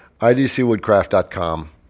IDCwoodcraft.com